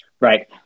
Right